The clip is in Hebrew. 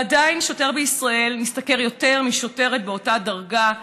ועדיין שוטר בישראל משתכר יותר משוטרת באותה דרגה,